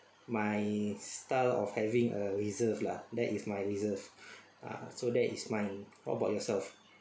my style of having a reserve lah that is my reserve ah so that is my what about yourself